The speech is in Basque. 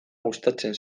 gustatzen